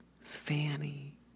Fanny